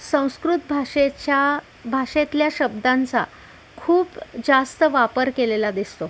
संस्कृत भाषेच्या भाषेतल्या शब्दांचा खूप जास्त वापर केलेला दिसतो